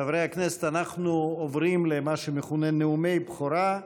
חברי הכנסת, אנחנו עוברים למה שמכונה נאומי בכורה.